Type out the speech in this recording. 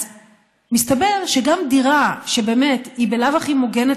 אז מסתבר שגם דירה שהיא בלאו הכי מוגנת